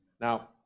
Now